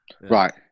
Right